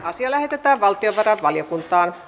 asia lähetettiin valtiovarainvaliokuntaan